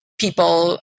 People